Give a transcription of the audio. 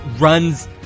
runs